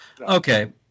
Okay